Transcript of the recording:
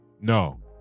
No